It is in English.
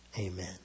Amen